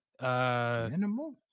Minimal